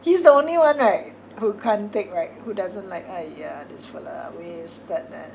he's the only one right who can't take right who doesn't like !aiya! this fellow wasted ah